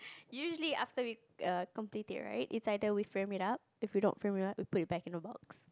usually after we err complete it right is either we frame it up if we don't frame it up we put it back in the box